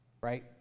Right